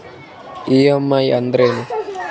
EMI ಅಂದ್ರೇನು?